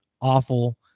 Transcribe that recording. awful